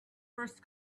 first